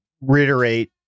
reiterate